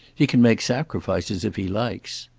he can make sacrifices if he likes.